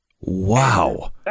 Wow